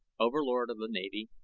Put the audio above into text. overlord of the navy,